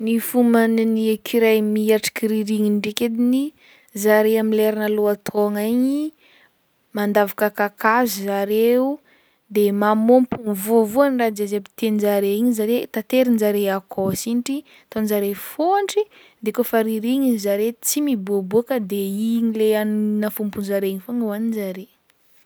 Ny fomban'ny écureuil miatriky ririgniny ndraiky ediny zare amy lerana lohataogna igny mandavaka kakazo zareo de mamômpogno voavoa an'ny raha jiaziaby tian-jare igny zare tanterin-jare akao sintry ataon-jare fôntry de kaofa ririgniny zare tsy miboaboaka de igny le hanigny nafompon-jare igny fogna hoagnin-jare.